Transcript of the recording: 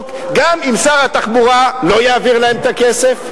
גם אם שר התחבורה לא יעביר להם את הכסף?